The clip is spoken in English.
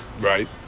Right